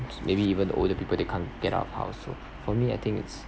maybe even the older people they can't get out of household for me I think it's